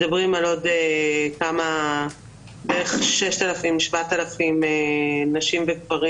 ואנחנו מדברים על עוד בערך 7,000-6,000 נשים וגברים